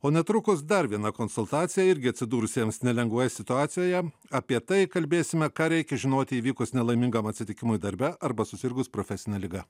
o netrukus dar viena konsultacija irgi atsidūrusiems nelengvoje situacijoje apie tai kalbėsime ką reikia žinoti įvykus nelaimingam atsitikimui darbe arba susirgus profesine liga